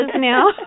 now